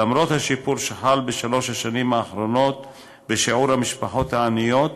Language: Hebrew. למרות השיפור שחל בשלוש השנים האחרונות בשיעור המשפחות העניות,